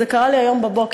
זה קרה לי היום בבוקר,